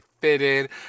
fitted